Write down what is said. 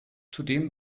zudem